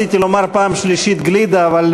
בעד,